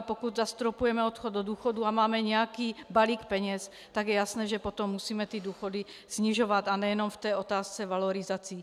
Pokud zastropujeme odchod do důchodu a máme nějaký balík peněz, tak je jasné, že potom musíme důchody snižovat a nejenom v otázce valorizací.